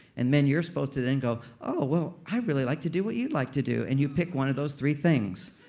and men, you're supposed to go, oh, well, i'd really like to do what you'd like to do and you pick one of those three things.